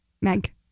Meg